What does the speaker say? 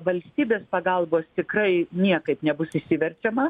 valstybės pagalbos tikrai niekaip nebus išsiverčiama